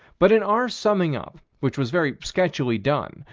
but in our summing up, which was very sketchily done,